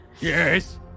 yes